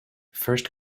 first